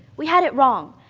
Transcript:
we had it wrong.